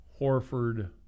Horford